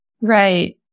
Right